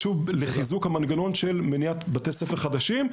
יש למנוע הקמת בתי ספר חדשים.